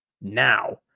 now